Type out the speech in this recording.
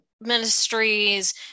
ministries